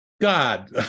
God